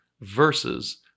versus